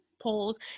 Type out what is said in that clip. polls